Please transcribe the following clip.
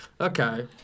Okay